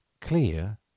clear